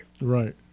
Right